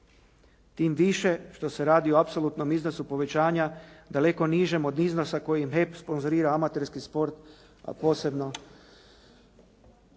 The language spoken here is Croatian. Tim više što se radi o apsolutnom iznosu povećanja daleko nižem od iznosa kojim HEP sponzorira amaterski sport a posebno